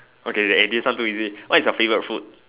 okay this one too easy what's your favourite food